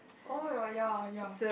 oh-my-god ya ya